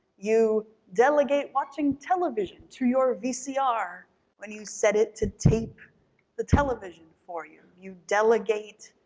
you delegate watching television to your vcr when you set it to tape the television for you. you delegate,